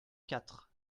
quatre